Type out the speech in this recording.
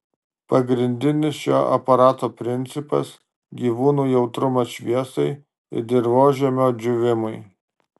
pagrindinis šio aparato principas gyvūnų jautrumas šviesai ir dirvožemio džiūvimui